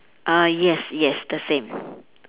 uh yes yes the same